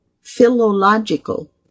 philological